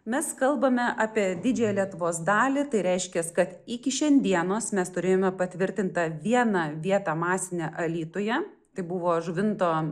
mes kalbame apie didžiąją lietuvos dalį tai reiškias kad iki šiandienos mes turėjome patvirtintą vieną vietą masinę alytuje tai buvo žuvinto